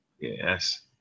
Yes